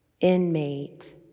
inmate